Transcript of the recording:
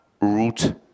root